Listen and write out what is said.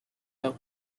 milk